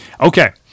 okay